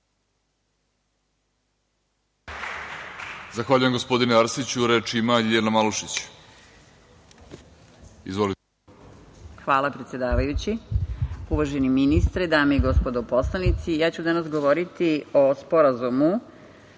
Hvala predsedavajući. Uvaženi ministre, dame i gospodo poslanici. Ja ću danas govoriti o Sporazumu